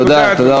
תודה, אדוני.